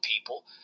people